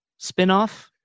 spinoff